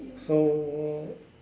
so